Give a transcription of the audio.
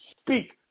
Speak